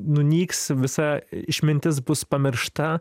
nunyks visa išmintis bus pamiršta